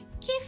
Give